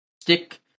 stick